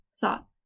Thought